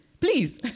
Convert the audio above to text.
Please